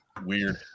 weird